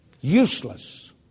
Useless